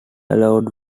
allowed